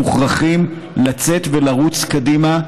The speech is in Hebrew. מוכרחים לצאת ולרוץ קדימה,